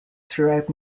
throughout